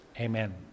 Amen